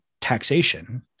taxation